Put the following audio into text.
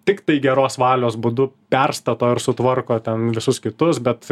tiktai geros valios būdu perstato ir sutvarko ten visus kitus bet